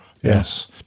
Yes